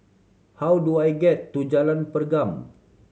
how do I get to Jalan Pergam